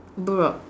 but